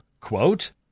quote